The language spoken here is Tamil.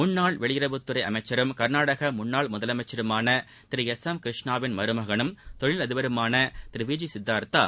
முன்னாள் வெளியுறவுத்துறை அமைச்சரும் கர்நாடக முன்னாள் முதலமைச்சருமான திரு எஸ் எம் கிருஷ்ணாவின் மருமகனும் தொழிலதிபருமான திரு வி ஜி சித்தார்த்தா